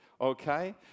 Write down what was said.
Okay